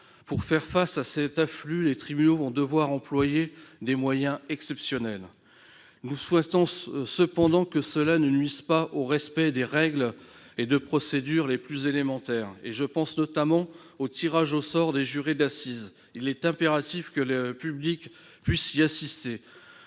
Pour faire face à cet afflux, les tribunaux vont devoir employer des moyens exceptionnels. Nous souhaitons cependant que cela ne nuise pas au respect des règles et des procédures les plus élémentaires, en particulier au tirage au sort des jurés d'assises. Il est impératif que le public puisse assister